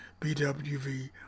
BWV